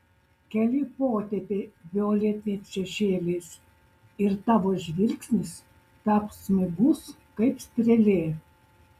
keli potėpiai violetiniais šešėliais ir tavo žvilgsnis taps smigus kaip strėlė